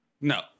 No